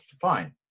fine